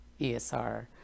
ESR